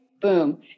boom